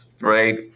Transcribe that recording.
right